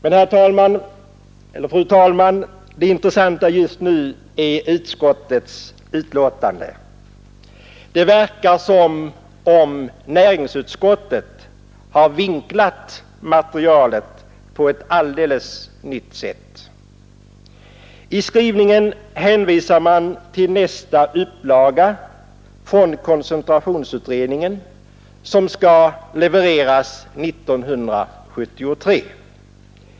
odd Men det intressanta just nu är utskottets betänkande. Det verkar som om näringsutskottet har vinklat materialet på ett alldeles nytt sätt. I skrivningen hänvisar man till koncentrationsutredningens nästa betänkande, som skall levereras 1973.